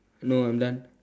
no I'm done